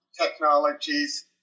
technologies